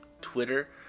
Twitter